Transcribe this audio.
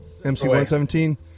MC117